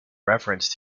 reference